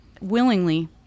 willingly